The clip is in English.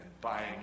buying